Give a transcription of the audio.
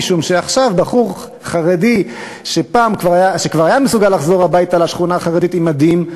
משום שעכשיו בחור חרדי שכבר היה מסוגל לחזור הביתה לשכונה החרדית במדים,